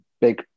big